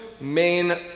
main